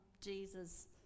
Jesus